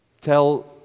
Tell